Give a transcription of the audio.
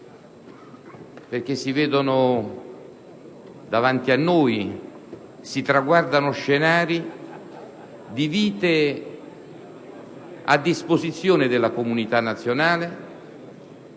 perché si vedono davanti a noi, si traguardano scenari di vite messe a disposizione della comunità nazionale